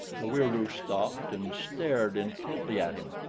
the wieroo stopped and stared intently at him.